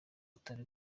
atari